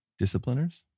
discipliners